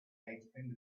explained